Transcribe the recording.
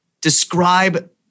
describe